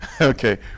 okay